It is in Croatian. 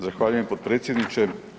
Zahvaljujem potpredsjedniče.